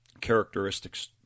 characteristics